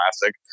classic